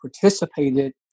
participated